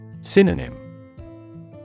Synonym